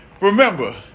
remember